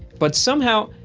but somehow,